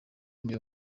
ndi